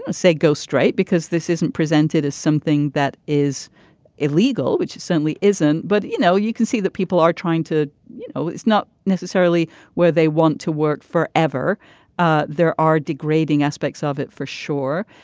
ah say go straight because this isn't presented as something that is illegal which certainly isn't. but you know you can see that people are trying to you know it's not necessarily where they want to work forever ah there are degrading aspects of it for sure.